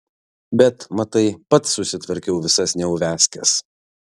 bet matai pats susitvarkiau visas neuviazkes